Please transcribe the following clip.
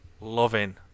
loving